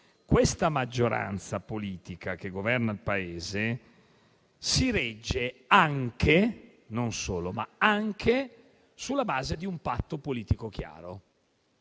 questa maggioranza politica che governa il Paese si regge non solo, ma anche sulla base di un patto politico chiaro.